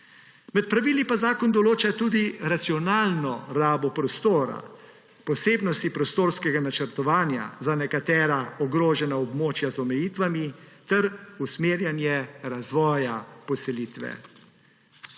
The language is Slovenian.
Med pravili pa zakon določa tudi racionalno rabo prostora, posebnosti prostorskega načrtovanja za nekatera ogrožena območja z omejitvami ter usmerjanje razvoja poselitve.